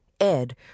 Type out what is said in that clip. Ed